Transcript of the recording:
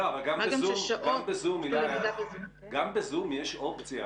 מה גם ששעות --- גם בזום יש אופציה